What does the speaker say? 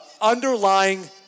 underlying